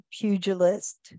pugilist